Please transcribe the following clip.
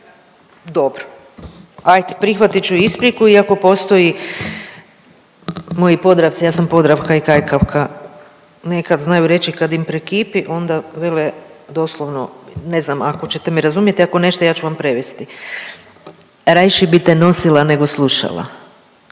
Dobro ajd, prihvatit ću ispriku iako postoji, moji Podravcu, ja sam Podravka i kajkavka, nekad znaju reći kad im prekipi onda vele doslovno, ne znam ako ćete me razumijete, ako nećete ja ću vam prevesti „rajše bi te nosila nego slušala“.